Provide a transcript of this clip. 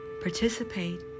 participate